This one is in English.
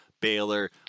Baylor